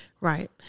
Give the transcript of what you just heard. Right